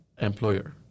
employer